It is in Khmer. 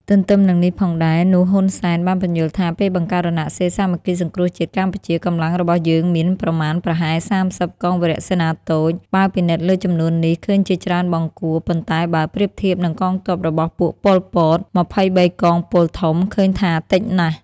ទន្ទឹមនឹងនេះផងដែរនោះហ៊ុន សែន បានពន្យល់ថា ពេលបង្កើតរណសិរ្សសាមគ្គីសង្គ្រោះជាតិកម្ពុជាកម្លាំងរបស់យើងមាន ប្រមានប្រហែល ៣០ កងវរសេនាតូច បើពិនិត្យលើចំនួននេះឃើញជាច្រើនបង្គួរ ប៉ុន្តែបើប្រៀបធៀបនិងកងទព័របស់ពួក ប៉ុល ពត ២៣កងពលធំឃើញថាតិចណាស់។